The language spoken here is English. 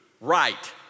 right